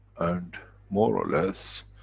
and, more or less,